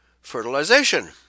fertilization